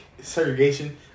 segregation